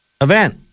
event